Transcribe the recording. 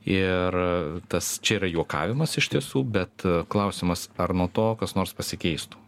ir tas čia yra juokavimas iš tiesų bet klausimas ar nuo to kas nors pasikeistų